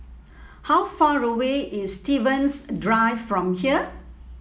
how far away is Stevens Drive from here